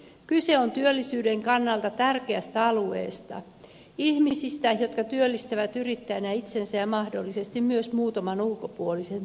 kyse on työllisyyden kannalta tärkeästä alueesta ihmisistä jotka työllistävät yrittäjänä itsensä ja mahdollisesti myös muutaman ulkopuolisen työntekijän